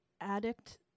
Addict